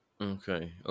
Okay